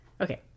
okay